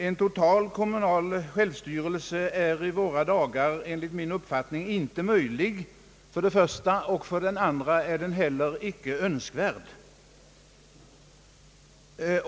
En total kommunal självstyrelse är i våra dagar enligt min uppfattning för det första inte möjlig och för det andra inte heller önskvärd.